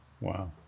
Wow